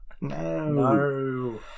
No